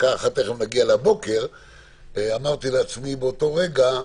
בואו נראה,